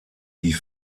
die